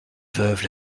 veuve